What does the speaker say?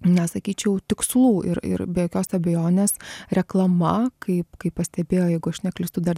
na sakyčiau tikslų ir ir be jokios abejonės reklama kaip kaip pastebėjo jeigu aš neklystu dar